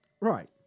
Right